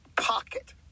pocket